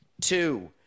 two